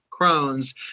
Crohn's